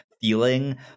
feeling